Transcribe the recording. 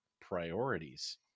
Priorities